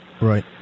right